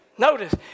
notice